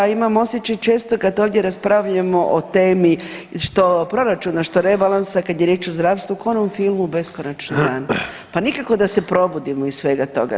A imam osjećaj često kad ovdje raspravljamo o temi što proračuna, što rebalansa kad je riječ o zdravstvu ko u onom filmu Beskonačni dan, pa nikako da se probudimo iz svega toga.